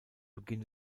beginn